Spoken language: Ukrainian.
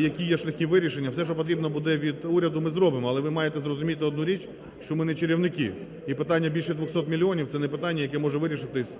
які є шляхи вирішення. Все, що потрібно буде від уряду, ми зробимо. Але ви маєте зрозуміти одну річ, що ми – не чарівники, і питання більше 200 мільйонів, це не питання, яке може вирішитися,